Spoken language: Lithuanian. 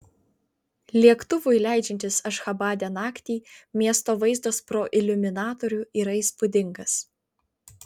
lėktuvui leidžiantis ašchabade naktį miesto vaizdas pro iliuminatorių yra įspūdingas